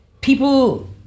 People